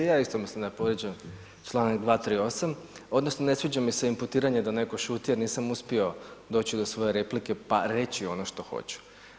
I ja isto mislim da je povrijeđen čl. 238. odnosno ne sviđa mi se imputiranje da netko šuti jer nisam uspio doći do svoje replike pa reći ono što hoću.